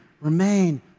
remain